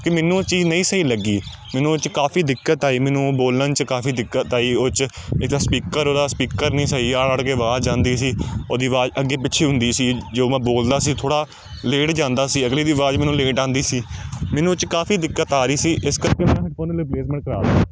ਮੈਨੂੰ ਚੀਜ਼ ਨਹੀਂ ਸੀ ਲੱਗੀ ਮੈਨੂੰ ਉਹ 'ਚ ਕਾਫ਼ੀ ਦਿੱਕਤ ਆਈ ਮੈਨੂੰ ਬੋਲਣ 'ਚ ਕਾਫ਼ੀ ਦਿੱਕਤ ਆਈ ਉਹ 'ਚ ਇੱਕ ਤਾਂ ਸਪੀਕਰ ਉਹਦਾ ਸਪੀਕਰ ਨਹੀਂ ਸਹੀ ਅੜ ਅੜ ਕੇ ਆਵਾਜ਼ ਆਉਂਦੀ ਸੀ ਉਹਦੀ ਆਵਾਜ਼ ਅੱਗੇ ਪਿੱਛੇ ਹੁੰਦੀ ਸੀ ਜੋ ਮੈਂ ਬੋਲਦਾ ਸੀ ਥੋੜ੍ਹਾ ਲੇਟ ਜਾਂਦਾ ਸੀ ਅਗਲੇ ਦੀ ਆਵਾਜ਼ ਮੈਨੂੰ ਲੇਟ ਆਉਂਦੀ ਸੀ ਮੈਨੂੰ ਉਹ 'ਚ ਕਾਫ਼ੀ ਦਿੱਕਤ ਆ ਰਹੀ ਸੀ ਇਸ ਕਰਕੇ ਰਿਪਲੇਸਮੇਂਟ